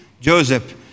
Joseph